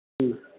ꯎꯝ